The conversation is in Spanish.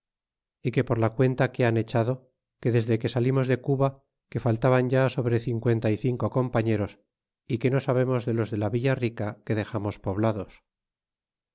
y que por la cuenta que han echado que desde que salimos de cuba que faltaban ya sobre cincuenta y cinco compañeros y que no sabemos de los de la villa que dexamos poblados